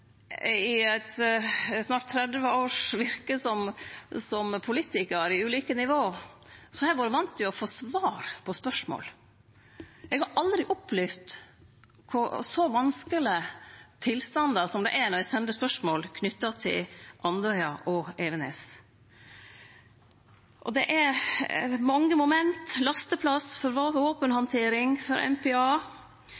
i eit snart 30 års virke som politikar på ulike nivå, har eg vore van med å få svar på spørsmål. Eg har aldri før opplevd så vanskelege tilstandar som det er når eg sender spørsmål knytte til Andøya og Evenes. Og det er mange moment. Lasteplass for